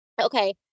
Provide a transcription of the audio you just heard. okay